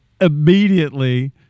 Immediately